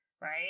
right